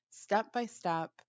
Step-by-step